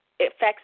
affects